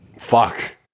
fuck